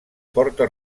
porta